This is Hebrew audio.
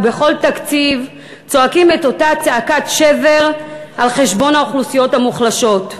ובכל תקציב צועקים את אותה צעקת שבר: על חשבון האוכלוסיות המוחלשות,